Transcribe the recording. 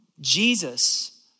Jesus